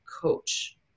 coach